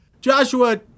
Joshua